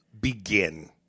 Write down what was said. begin